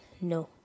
No